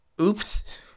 Oops